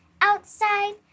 outside